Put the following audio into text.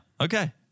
Okay